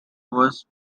was